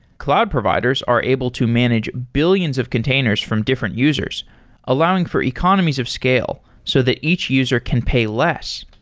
cloud providers are able to manage billions of containers from different users allowing for economies of scale so that each user can pay less.